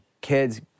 kids